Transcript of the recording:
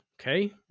okay